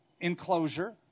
enclosure